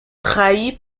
trahie